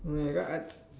I I